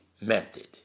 method